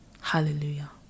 Hallelujah